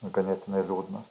ganėtinai liūdnas